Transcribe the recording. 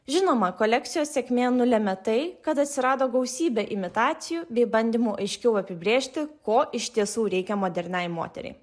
žinoma kolekcijos sėkmė nulemia tai kad atsirado gausybė imitacijų bei bandymų aiškiau apibrėžti ko iš tiesų reikia moderniai moteriai